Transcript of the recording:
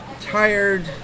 tired